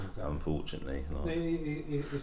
Unfortunately